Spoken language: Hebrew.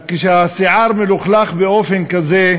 כשהשיער מלוכלך באופן כזה,